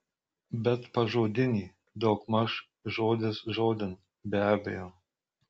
bet pažodinį daugmaž žodis žodin be abejo